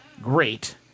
great